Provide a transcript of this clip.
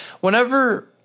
Whenever